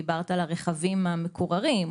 דיברת על הרכבים המקוררים,